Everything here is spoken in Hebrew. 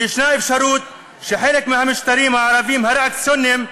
ויש אפשרות שחלק מהמשטרים הערביים הריאקציוניים,